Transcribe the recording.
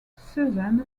susan